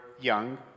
young